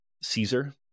Caesar